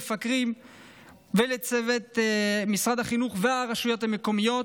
למפקחים ולצוותי משרד החינוך והרשויות המקומיות,